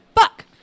fuck